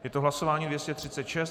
Je to hlasování 236.